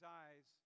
eyes